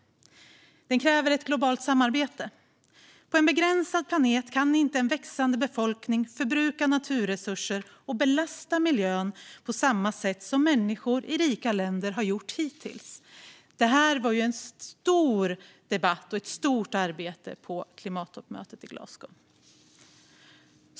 Den kräver globalt samarbete. På en begränsad planet kan inte en växande befolkning förbruka naturresurser och belasta miljön på samma sätt som människor i rika länder har gjort hittills. Det här var en stor debatt och ett stort arbete på klimattoppmötet i Glasgow.